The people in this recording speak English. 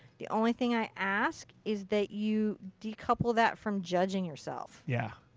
the only thing i ask, is that you decouple that from judging yourself. yeah.